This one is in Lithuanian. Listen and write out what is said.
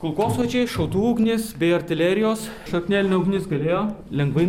kulkosvaidžiai šautuvų ugnis bei artilerijos šaknelinė ugnis galėjo lengvai